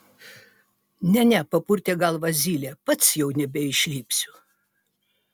ne ne papurtė galvą zylė pats jau nebeišlipsiu